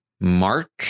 Mark